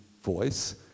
Voice